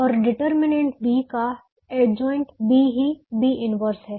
और determinant B का adjoint B ही B इन्वर्स है